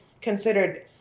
considered